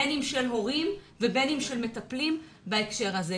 בין אם של הורים ובין אם של מטפלים בהקשר הזה.